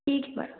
ठीक है मैडम